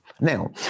Now